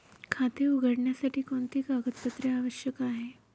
खाते उघडण्यासाठी कोणती कागदपत्रे आवश्यक आहे?